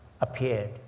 appeared